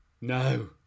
No